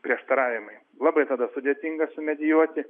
prieštaravimai labai tada sudėtinga sumedijuoti